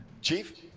Chief